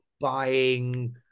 Buying